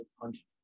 punched